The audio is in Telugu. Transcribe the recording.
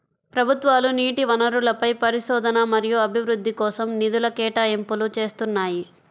ప్రభుత్వాలు నీటి వనరులపై పరిశోధన మరియు అభివృద్ధి కోసం నిధుల కేటాయింపులు చేస్తున్నాయి